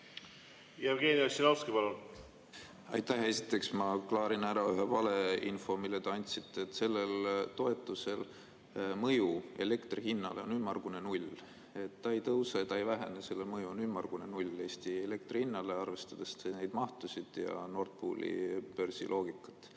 Jevgeni Ossinovski, palun! Aitäh! Esiteks ma klaarin ära ühe valeinfo, mille te andsite. Selle toetuse mõju elektri hinnale on ümmargune null. See ei tõuse, see ei lange, selle mõju on ümmargune null Eesti elektri hinnale, arvestades neid mahtusid ja Nord Pooli börsiloogikat.